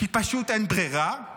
כי פשוט אין ברירה?